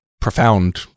profound